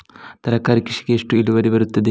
ತರಕಾರಿ ಕೃಷಿಗೆ ಎಷ್ಟು ಇಳುವರಿ ಬರುತ್ತದೆ?